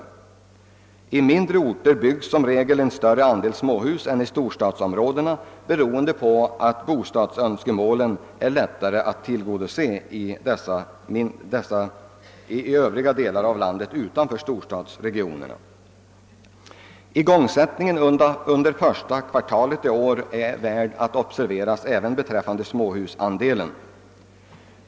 På mindre orter byggs som regel en större andel småhus än i storstadsområdena, beroende på att bostadsönskemålen är lättare att tillgodose i de delar av landet som ligger utanför storstadsregionerna. i Igångsättningen under första kvartalet i år är värd att observera även beträffande småfamiljsandelen.